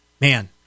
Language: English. man